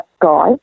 guy